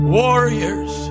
warriors